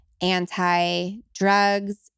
anti-drugs